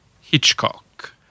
Hitchcock